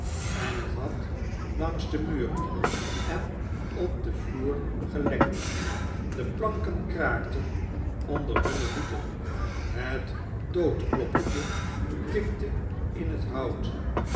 en het had langs de muren en op den vloer gelekt de planken kraakten onder hunne voeten het doodkloppertje tikte in het hout